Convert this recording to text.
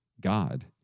God